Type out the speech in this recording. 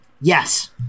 Yes